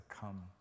come